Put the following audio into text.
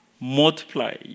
multiply